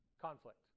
conflict